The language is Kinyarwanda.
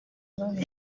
bamwe